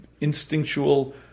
instinctual